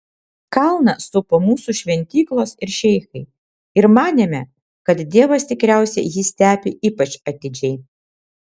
kalną supo mūsų šventyklos ir šeichai ir manėme kad dievas tikriausiai jį stebi ypač atidžiai